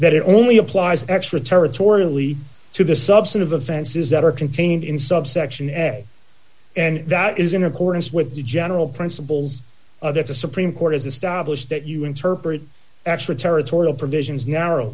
that only applies extra territorially to the substantive offenses that are contained in subsection essay and that is in accordance with the general principles of that the supreme court has established that you interpret extra territorial provisions narrow